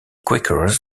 quakers